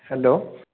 hello